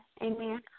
Amen